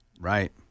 Right